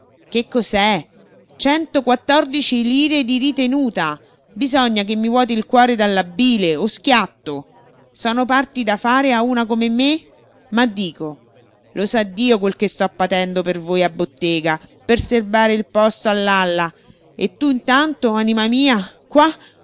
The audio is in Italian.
che cos'è centoquattordici lire di ritenuta bisogna che mi vuoti il cuore dalla bile o schiatto sono parti da fare a una come me ma dico lo sa dio quel che sto patendo per voi a bottega per serbare il posto a lalla e tu intanto anima mia qua